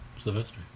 Sylvester